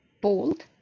Bold